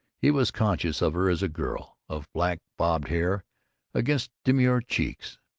he was conscious of her as a girl, of black bobbed hair against demure cheeks.